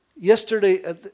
Yesterday